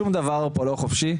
שום דבר פה לא חופשי,